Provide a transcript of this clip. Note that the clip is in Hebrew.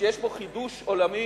שיש בו חידוש עולמי,